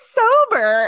sober